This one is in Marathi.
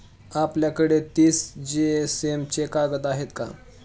आपल्याकडे तीस जीएसएम चे कागद आहेत का?